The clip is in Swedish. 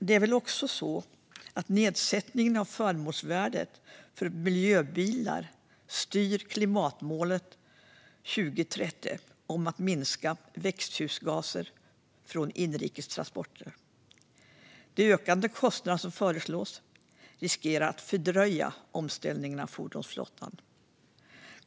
Det är också så att nedsättningen av förmånsvärdet för miljöbilar styr mot klimatmålet 2030 om att minska utsläpp av växthusgaser från inrikes transporter. De ökade kostnader som föreslås riskerar att fördröja omställningen av fordonsflottan.